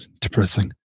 depressing